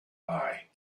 eye